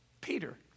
Peter